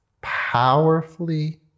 powerfully